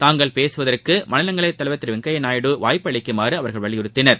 தாங்கள் பேசுவதற்கு மாநிலங்களவை தலைவர் திரு வெங்கய்யா நாயுடு வாய்ப்பு அளிக்குமாறு அவர்கள் வலியுறுத்தினர்